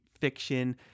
fiction